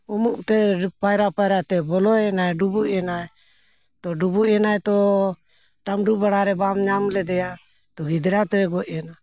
ᱩᱢᱩᱜᱼᱛᱮ ᱯᱟᱭᱨᱟ ᱯᱟᱭᱨᱟᱛᱮ ᱵᱚᱞᱚᱭᱮᱱᱟᱭ ᱰᱩᱵᱩᱡ ᱮᱱᱟᱭ ᱛᱚ ᱰᱩᱵᱩᱡ ᱮᱱᱟᱭ ᱛᱚ ᱴᱟᱹᱢᱰᱩ ᱵᱟᱲᱟᱨᱮ ᱵᱟᱢ ᱧᱟᱢ ᱞᱮᱫᱮᱭᱟ ᱛᱚ ᱜᱤᱫᱽᱨᱟᱹ ᱛᱚᱭ ᱜᱚᱡ ᱮᱱᱟ